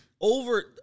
Over